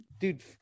dude